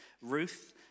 Ruth